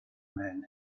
man